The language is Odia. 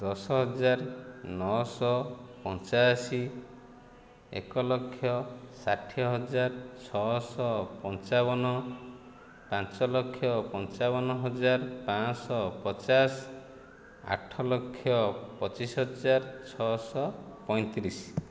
ଦଶ ହଜାର ନଅଶହ ପଞ୍ଚାଅଶୀ ଏକ ଲକ୍ଷ ଷାଠିଏ ହଜାର ଛଅଶହ ପଞ୍ଚାବନ ପାଞ୍ଚଲକ୍ଷ ପଞ୍ଚାବନ ହଜାର ପାଞ୍ଚଶହ ପଚାଶ ଆଠ ଲକ୍ଷ ପଚିଶ ହଜାର ଛଅଶହ ପଇଁତିରିଶ